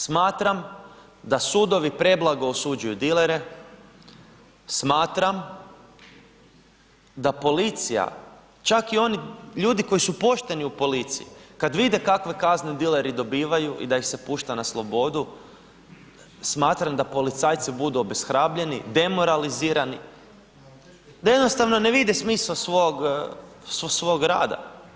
Smatram da sudovi preblago osuđuju dilere, smatram da policija čak i oni ljudi koji su pošteni u policiji kad vide kakve kazne dileri dobivaju i da ih se pušta na slobodu, smatram da policajci budu obeshrabljeni, demoralizira, da jednostavno ne vide smisao svog rada.